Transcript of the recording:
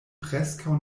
preskaŭ